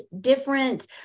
different